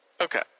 Okay